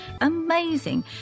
Amazing